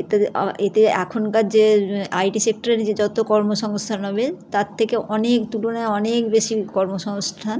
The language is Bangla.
এতে অ এতে এখনকার যে আইটি সেক্টারের যে যতো কর্ম সংস্থান হবে তার থেকে অনেক তুলনায় অনেক বেশি কর্মসংস্থান